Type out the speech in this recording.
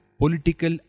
political